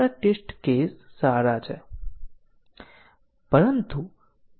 આ પ્રશ્નનો જવાબ આપવા માટે તમે તમારી પોતાની સમજ ચકાસી શકો છો